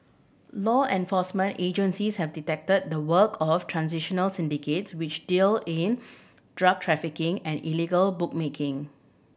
law enforcement agencies have detected the work of transnational syndicates which deal in drug trafficking and illegal bookmaking